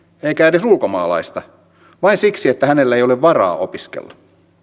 eikä edes ulkomaalaista vain siksi että hänellä ei ole varaa opiskella